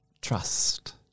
trust